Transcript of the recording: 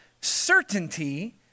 certainty